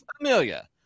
Amelia